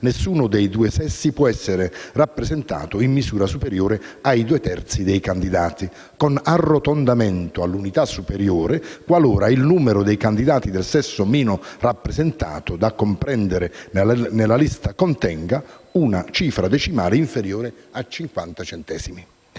nessuno dei due sessi può essere rappresentato in misura superiore ai due terzi dei candidati, con arrotondamento all'unità superiore qualora il numero dei candidati del sesso meno rappresentato da comprendere nella lista contenga una cifra decimale inferiore a 50 centesimi.